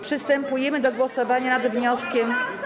Przystępujemy do głosowania nad wnioskiem.